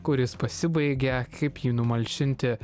kur jis pasibaigia kaip jį numalšinti